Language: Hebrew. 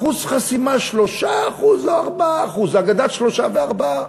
אחוז חסימה 3% או 4%. אגדת שלושה וארבעה.